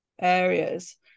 areas